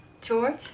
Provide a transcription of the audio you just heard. George